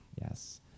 Yes